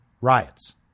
riots